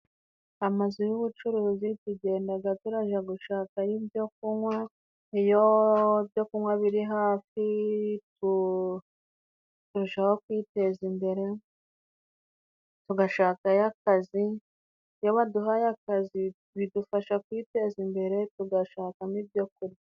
Amazu y'ubucuruzi tugendaga turaja gushakayo ibyo kunywa, iyo ibyo kunywa biri hafi turushaho kwiteza imbere tugashakayo akazi, iyo baduhaye akazi bidufasha kwiteza imbere tugashakamo ibyorya.